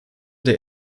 der